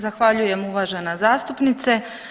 Zahvaljujem uvažena zastupnice.